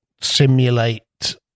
simulate